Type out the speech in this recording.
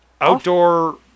outdoor